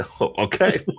Okay